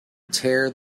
tear